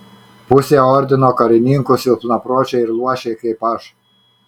pusė ordino karininkų silpnapročiai ir luošiai kaip aš